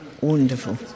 wonderful